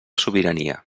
sobirania